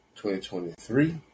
2023